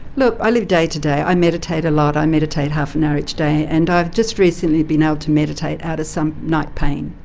look, i live day to day, i meditate a lot, i meditate half an hour each day, and i've just recently been able to meditate out of some night pain.